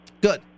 Good